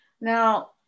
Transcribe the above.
Now